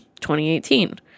2018